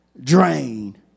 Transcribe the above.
drain